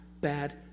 bad